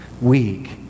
weak